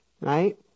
right